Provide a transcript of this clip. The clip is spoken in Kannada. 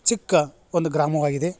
ಚಿಕ್ಕ ಒಂದು ಗ್ರಾಮವಾಗಿದೆ